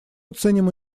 ценим